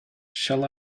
shall